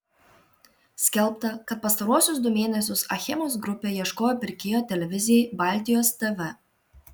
skelbta kad pastaruosius du mėnesius achemos grupė ieškojo pirkėjo televizijai baltijos tv